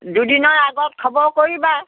দুদিনৰ আগত খবৰ কৰিবা